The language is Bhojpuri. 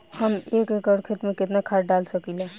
हम एक एकड़ खेत में केतना खाद डाल सकिला?